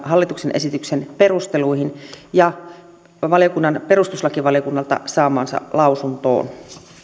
hallituksen esityksen perusteluihin ja valiokunnan perustuslakivaliokunnalta saamaan lausuntoon